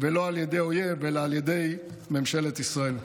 ולא על ידי אויב, אלא על ידי ממשלת ישראל.